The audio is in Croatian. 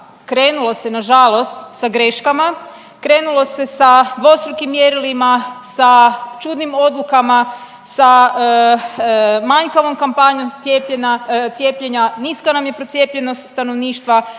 krenulo se nažalost sa greškama, krenulo se sa dvostrukim mjerilima, sa čudnim odlukama, sa manjkavom kampanjom cijepljenja, niska nam je procijepljenost stanovništva,